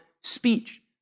speech